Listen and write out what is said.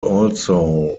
also